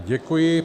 Děkuji.